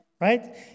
right